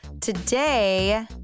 Today